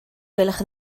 gwelwch